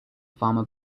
farmer